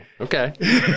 okay